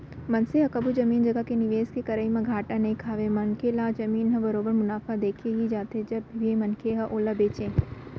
मनसे ह कभू जमीन जघा के निवेस के करई म घाटा नइ खावय मनखे ल जमीन ह बरोबर मुनाफा देके ही जाथे जब भी मनखे ह ओला बेंचय